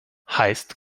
heißt